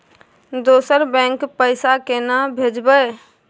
दोसर बैंक पैसा केना भेजबै?